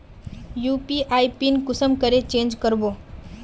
UPI PIN कुंसम करे change करबो?